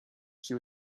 she